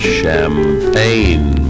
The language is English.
champagne